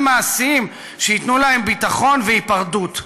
מעשיים שייתנו להם ביטחון והיפרדות.